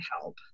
help